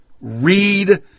read